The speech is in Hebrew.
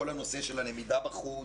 כל הנושא של הלמידה בחוץ,